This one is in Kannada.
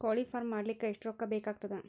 ಕೋಳಿ ಫಾರ್ಮ್ ಮಾಡಲಿಕ್ಕ ಎಷ್ಟು ರೊಕ್ಕಾ ಬೇಕಾಗತದ?